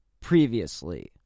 Previously